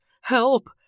Help